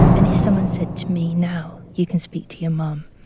and if someone said to me now, you can speak to your mum,